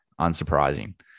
Unsurprising